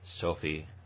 sophie